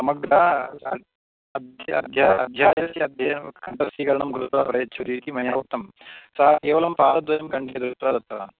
समग्रा कण्ठस्थीकरणं कृत्वा प्रयच्छति इति मया उक्तं सः केवलं पादद्वयम् कण्ठस्थीकृत्वा दत्तवान्